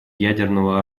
ядерного